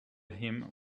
him